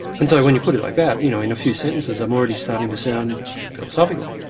and so when you put it like that, you know, in a few sentences, i'm already starting to sound philosophical.